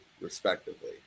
respectively